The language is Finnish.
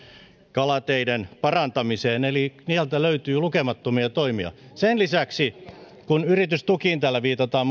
kalateiden parantamiseen eli sieltä löytyy lukemattomia toimia sen lisäksi kun yritystukiin täällä on